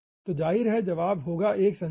तो जाहिर है जवाब होगा एक सेंसर